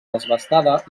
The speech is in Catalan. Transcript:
desbastada